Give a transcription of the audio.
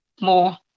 more